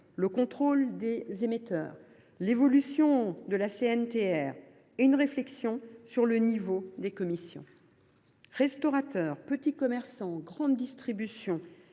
le contrôle des émetteurs, l’évolution de la CNTR et une réflexion sur le niveau des commissions. Restaurateurs, petits commerçants, grande distribution,